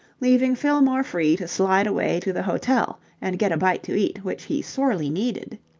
leaving fillmore free to slide away to the hotel and get a bite to eat, which he sorely needed.